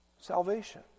salvation